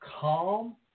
calm